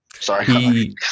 Sorry